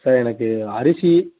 sir எனக்கு அரிசி